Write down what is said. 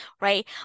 Right